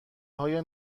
های